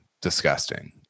disgusting